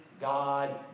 God